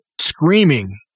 screaming